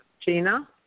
Gina